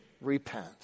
repent